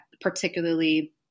particularly